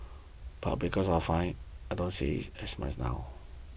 but because of fines I don't see it as much now